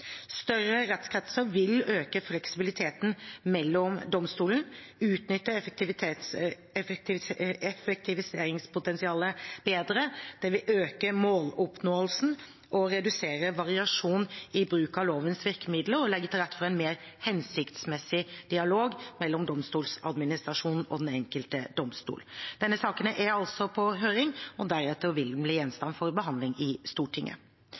Større rettskretser vil øke fleksibiliteten mellom domstolene, utnytte effektiviseringspotensialet bedre, øke måloppnåelsen, redusere variasjonen i bruk av lovens virkemidler og legge til rette for en mer hensiktsmessig dialog mellom Domstoladministrasjonen og den enkelte domstol. Denne saken er altså på høring, og deretter vil den bli gjenstand for behandling i Stortinget.